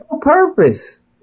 purpose